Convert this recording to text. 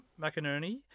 McInerney